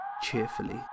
cheerfully